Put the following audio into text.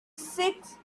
six